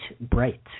Bright